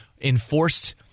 enforced